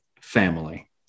family